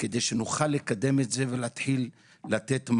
איך נוכל לקדם את הנושא ולתת מענה